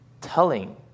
telling